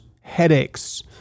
headaches